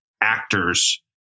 actors